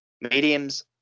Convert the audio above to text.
Mediums